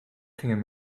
gingen